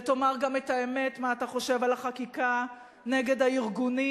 ותאמר גם את האמת מה אתה חושב על החקיקה נגד הארגונים,